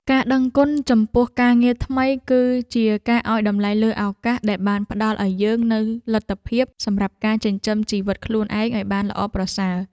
ការដឹងគុណចំពោះការងារថ្មីគឺជាការឱ្យតម្លៃលើឱកាសដែលបានផ្ដល់ឱ្យយើងនូវលទ្ធភាពសម្រាប់ការចិញ្ចឹមជីវិតខ្លួនឯងឱ្យបានល្អប្រសើរ។